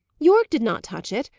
yorke did not touch it.